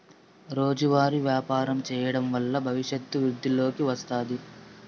రోజువారీ వ్యాపారం చేయడం వల్ల భవిష్యత్తు వృద్ధిలోకి వస్తాది